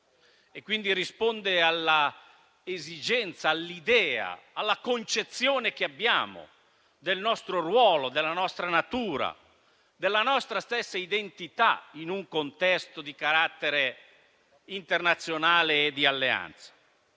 quindi risponde all'esigenza, all'idea e alla concezione che abbiamo del nostro ruolo, della nostra natura e della nostra stessa identità in un contesto di carattere internazionale e di alleanza;